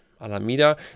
Alameda